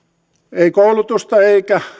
koulutusta eikä